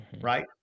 right